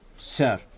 Sir